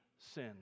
sin